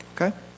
Okay